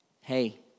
Hey